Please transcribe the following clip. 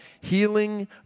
healing